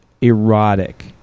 erotic